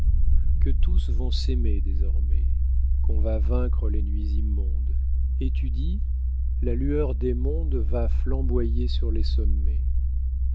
que tous vont s'aimer désormais qu'on va vaincre les nuits immondes et tu dis la lueur des mondes va flamboyer sur les sommets